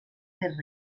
més